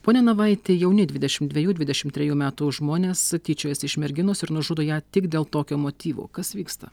pone navaiti jauni dvidešimt dvejų dvidešimt trejų metų žmonės tyčiojasi iš merginos ir nužudo ją tik dėl tokio motyvo kas vyksta